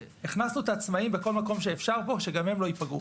הכנסנו את העצמאיים בכל מקום שאפשר פה כדי שגם הם לא ייפגעו.